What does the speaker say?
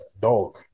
dog